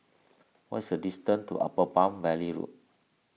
what is the distance to Upper Palm Valley Road